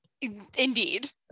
Indeed